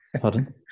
Pardon